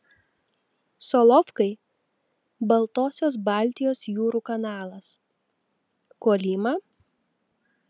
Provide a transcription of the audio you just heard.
solovkai baltosios baltijos jūrų kanalas kolyma